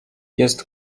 jest